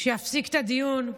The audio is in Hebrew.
שיפסיק את הדיון,